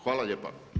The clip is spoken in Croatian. Hvala lijepa.